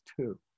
two